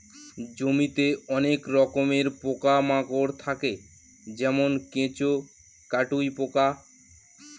জমিতে অনেক রকমের পোকা মাকড় থাকে যেমন কেঁচো, কাটুই পোকা